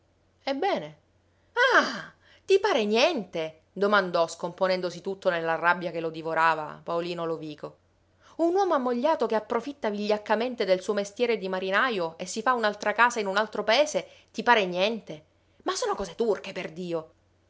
ebbene ah ti pare niente domandò scomponendosi tutto nella rabbia che lo divorava paolino lovico un uomo ammogliato che approfitta vigliaccamente del suo mestiere di marinajo e si fa un'altra casa in un altro paese ti pare niente ma sono cose turche perdio